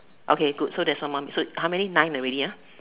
okay good so there's someone so how many nine already ah